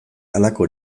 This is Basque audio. halako